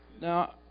Now